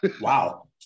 wow